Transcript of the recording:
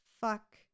Fuck